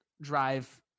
drive